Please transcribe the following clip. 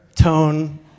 tone